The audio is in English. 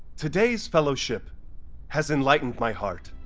today's fellowship has enlightened my heart.